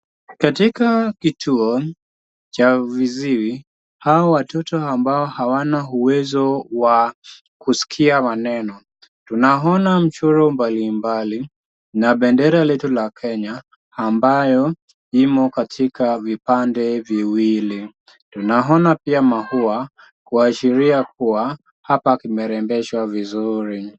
Katika kituo cha viziwi , hawa watoto ambao hawana uwezo wa kusikia maneno . Tunaona mchoro mbalimbali na bendera letu la Kenya ambayo imo katika vipande viwili. Tunaona pia maua kuashiria kuwa hapa kumerembeshwa vizuri.